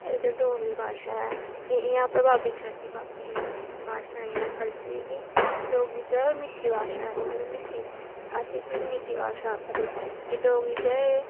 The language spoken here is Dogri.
एह् जेह्ड़ी डोगरी भाशा ऐ एह् इ'यां प्रभावित करदी बाकी भाशाएं जां कल्चरें गी डोगरी जो ऐ ओह् मिट्ठी भाशा ऐ मतलब मिट्ठी अस इसी मिठ्ठी भाशा आखदे